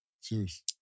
Serious